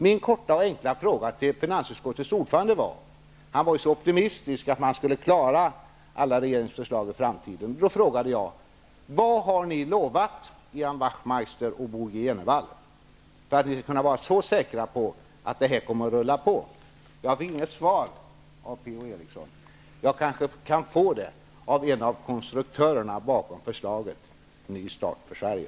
Min korta och enkla fråga till finansutskottets ordförande var -- han var ju så optimistisk om att man skulle klara alla regeringsförslag i framtiden: Vad har ni lovat Ian Wachtmeister och Bo G. Jenevall för att ni skall kunna vara så säkra på att det här kommer att rulla på? Jag fick inget svar av Per-Ola Eriksson. Jag kanske kan få det av en av konstruktörerna bakom förslaget ''Ny start för Sverige''.